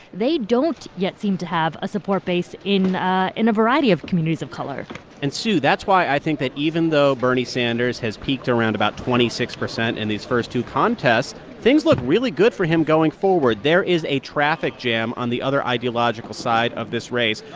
they don't yet seem to have a support base in ah in a variety of communities of color and, sue, that's why i think that, even though bernie sanders has peaked around about twenty six percent in these first two contests, things look really good for him going forward. there is a traffic jam on the other ideological side of this race.